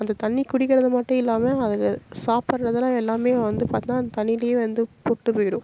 அந்த தண்ணி குடிக்கிறது மட்டும் இல்லாமல் அதுங்க சாப்பிட்றதுலாம் எல்லாமே வந்து பார்த்தின்னா அந்த தண்ணியிலே வந்து போட்டுப்போயிடும்